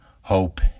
hope